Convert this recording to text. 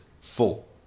full